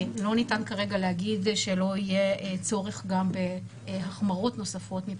לא ניתן כרגע להגיד שלא יהיה צורך גם בהחמרות נוספות.